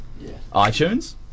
iTunes